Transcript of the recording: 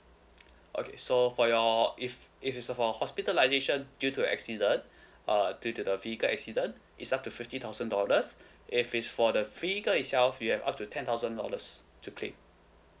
okay so for your if if it is for hospitalisation due to accident uh due to the vehicle accident it's up to fifty thousand dollars if it's for the vehicle itself you have up to ten thousand dollars to claim